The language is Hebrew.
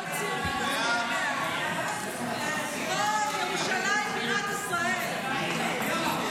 ההצעה להעביר את הצעת חוק-יסוד: ירושלים בירת ישראל (תיקון,